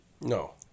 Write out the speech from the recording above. No